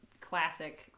classic